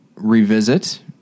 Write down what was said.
revisit